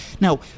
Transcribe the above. Now